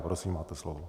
Prosím máte slovo.